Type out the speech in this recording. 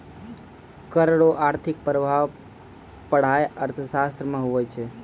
कर रो आर्थिक प्रभाब पढ़ाय अर्थशास्त्र मे हुवै छै